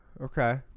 Okay